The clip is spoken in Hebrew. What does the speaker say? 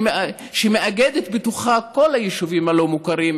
שמאגדת בתוכה את כל היישובים הלא-מוכרים,